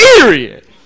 Period